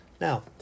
Now